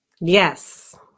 Yes